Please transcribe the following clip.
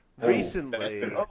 recently –